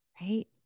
right